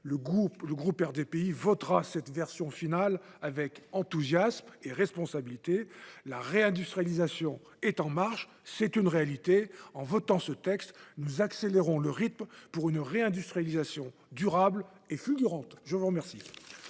le groupe RDPI votera cette version finale avec enthousiasme et responsabilité ! La réindustrialisation est en marche, c’est une réalité. En votant ce texte, nous accélérons le rythme pour une réindustrialisation durable et fulgurante. La parole